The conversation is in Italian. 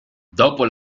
dopo